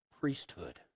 priesthood